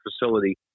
facility